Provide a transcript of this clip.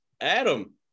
Adam